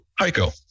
Heiko